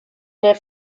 der